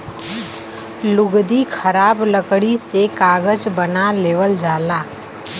लुगदी खराब लकड़ी से कागज बना लेवल जाला